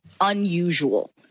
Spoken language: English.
unusual